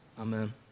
Amen